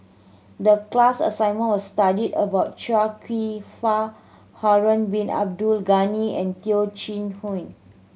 the class assignment was study about Chia Kwek Fah Harun Bin Abdul Ghani and Teo Chee Hean